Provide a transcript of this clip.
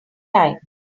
time